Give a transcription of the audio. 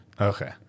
Okay